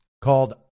called